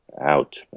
out